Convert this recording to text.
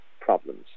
problems